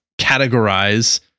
categorize